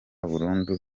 burundu